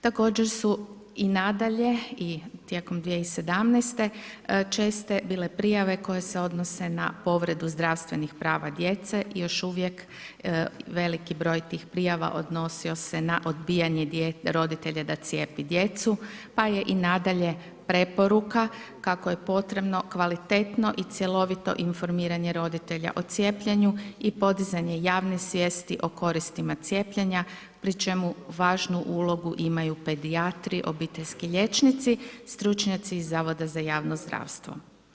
Također su i nadalje i tijekom 2017. česte bile prijave koje se odnose na povredu zdravstvenih prava djece i još uvijek veliki broj tih prijava odnosio se na odbijanje roditelja da cijepi djecu pa je i nadalje preporuka kako je potrebno kvalitetno i cjelovito informiranje roditelja o cijepljenju i podizanje javne svijesti o koristima cijepljenja, pri čemu važnu ulogu imaju pedijatri, obiteljski liječnici, stručnjaci iz Zavoda za javno zdravstvo.